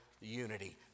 unity